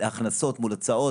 להכנסות מול הוצאות,